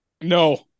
No